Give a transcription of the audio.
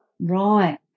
right